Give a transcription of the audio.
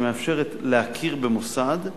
שמאפשרת להכיר במוסד,